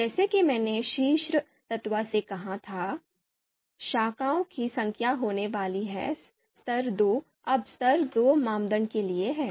जैसा कि मैंने शीर्ष तत्व से कहा था शाखाओं की संख्या होने वाली है स्तर 2 अब स्तर 2 मानदंड के लिए है